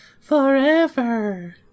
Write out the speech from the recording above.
Forever